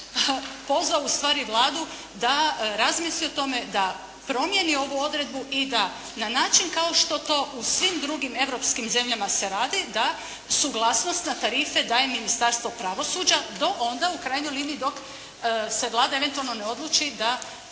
pozvao ustvari Vladu da razmisli o tome da promijeni ovu odredbu i da na način kao što to u svim drugim europskim zemljama se radi, da suglasnost na tarife daje Ministarstvo pravosuđa do onda u krajnjoj liniji, dok se Vlada eventualno ne odluči da